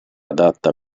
adatta